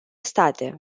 state